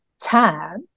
time